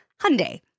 Hyundai